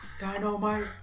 Dynamite